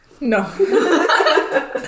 No